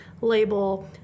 label